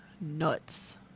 nuts